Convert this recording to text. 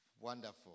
Wonderful